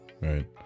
right